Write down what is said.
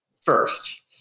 first